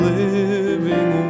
living